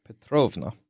Petrovna